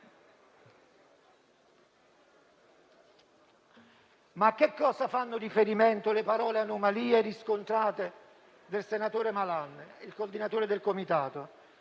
A cosa fanno riferimento le parole «anomalie riscontrate» del senatore Malan, il coordinatore del Comitato?